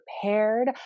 prepared